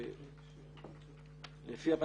לפי הבנתנו,